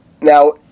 Now